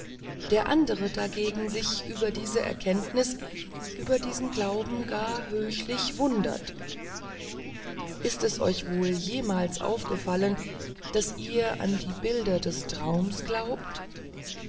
der andere dagegen sich über diese erkenntnis über diesen glauben gar höchlich verwundert ist es euch wohl jemals aufgefallen daß ihr an die bilder des traums glaubt